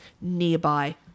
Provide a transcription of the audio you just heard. nearby